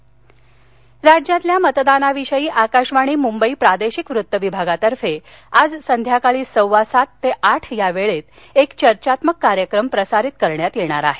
Mumbai radio bridge राज्यातल्या मतदानाविषयी आकाशवाणी मुंबई प्रादेशिक वृत्त विभागातर्फे आज संध्याकाळी सव्वा सात ते आठ या वेळेत एक चर्चात्मक कार्यक्रम प्रसारित करण्यात येणार आहे